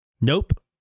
nope